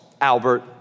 Albert